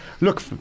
Look